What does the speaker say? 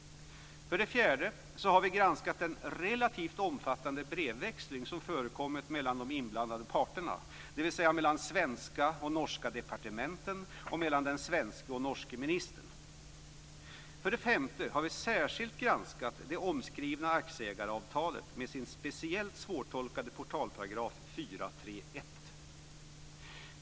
För det fjärde har vi granskat den relativt omfattande brevväxling som förekommit mellan de inblandade parterna, dvs. mellan de svenska och norska departementen och mellan den svenske och den norske ministern. För det femte har vi särskilt granskat det omskrivna aktieägaravtalet med sin speciellt svårtolkade portalparagraf 4.3.1.